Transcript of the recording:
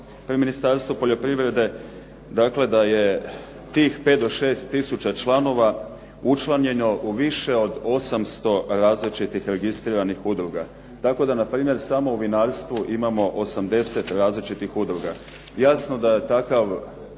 pri Ministarstvu poljoprivrede. Dakle, da je tih 5 do 6 tisuća članova učlanjeno u više od 800 različitih registriranih udruga. Tako da npr. samo u vinarstvu imamo 80 različitih udruga. Jasno da takav